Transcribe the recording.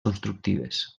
constructives